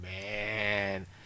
man